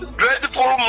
dreadful